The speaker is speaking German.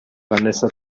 vanessa